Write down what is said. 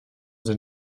sind